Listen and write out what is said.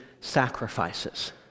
sacrifices